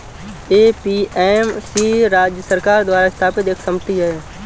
APMC राज्य सरकार द्वारा स्थापित एक समिति है